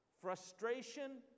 Frustration